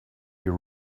you